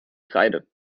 kreide